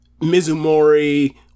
Mizumori